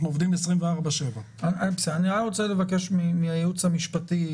אנחנו עובדים 24/7. אני רוצה לבקש מן הייעוץ המשפטי,